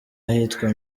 ahitwa